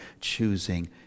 choosing